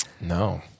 No